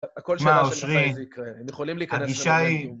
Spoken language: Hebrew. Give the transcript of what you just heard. מה אושרי, הגישה היא...